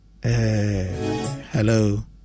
Hello